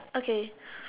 okay